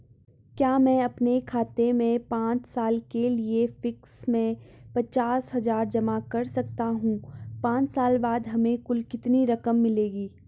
क्या मैं अपने खाते में पांच साल के लिए फिक्स में पचास हज़ार जमा कर सकता हूँ पांच साल बाद हमें कुल कितनी रकम मिलेगी?